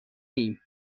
ایم